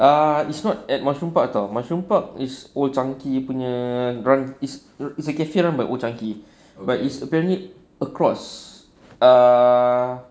ah it's not at mushroom park [tau] mushroom park is old chang kee punya run is it's a cafe run by old chang kee but it's apparently across err